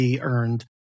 earned